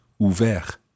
ouvert